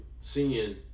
seeing